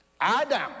Adam